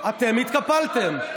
אתם התקפלתם.